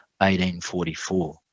1844